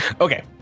Okay